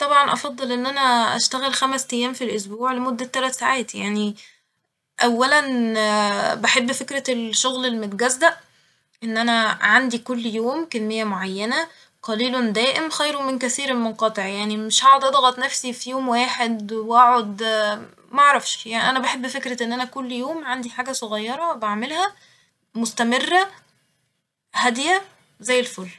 طبعا افضل ان انا اشتغل خمس تيام في الاسبوع لمدة تلت ساعات يعني اولا بحب فكرة الشغل المتجزأ ، ان انا عندي كل يوم كمية معينة قليل دائم خير من كثير منقطع يعني مش هقعد اضغط نفسي في يوم واحد واقعد معرفش يعني انا بحب فكرة ان انا كل يوم عندي حاجة صغيرة بعملها مستمرة هادية زي الفل